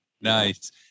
Nice